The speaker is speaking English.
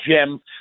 gem